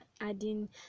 adding